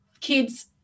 kids